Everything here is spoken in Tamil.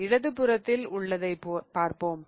எனவே இடது புறத்தில் உள்ளதைப் பார்ப்போம்